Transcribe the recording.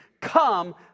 Come